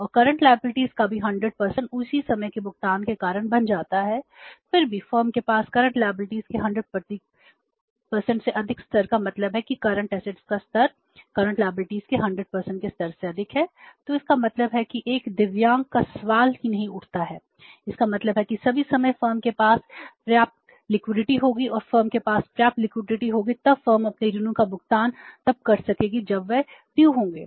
और current liabilities होंगे